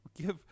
Give